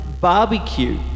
Barbecue